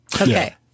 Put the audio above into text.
Okay